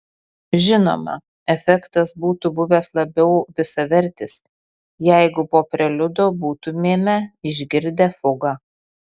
žinoma efektas būtų buvęs labiau visavertis jeigu po preliudo būtumėme išgirdę fugą